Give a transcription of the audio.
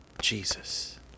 Jesus